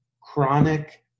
chronic